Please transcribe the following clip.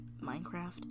Minecraft